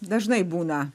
dažnai būna